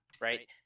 right